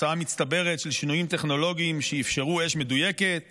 התוצאה המצטברת של שינויים טכנולוגיים שאפשרו אש מדויקת